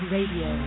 Radio